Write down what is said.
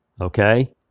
okay